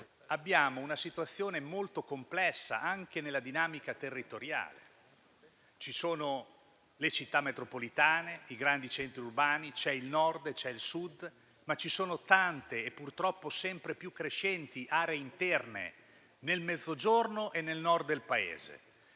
abbiamo una situazione molto complessa, anche nella dinamica territoriale: ci sono le città metropolitane, i grandi centri urbani, il Nord e il Sud, ma ci sono tante e purtroppo sempre più crescenti aree interne nel Mezzogiorno e nel Nord del Paese.